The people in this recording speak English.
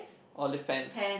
all of the fans